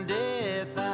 death